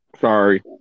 Sorry